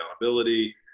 accountability